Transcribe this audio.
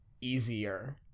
easier